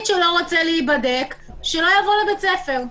שלא רוצה להיבדק שלא יבוא לבית הספר.